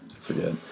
Forget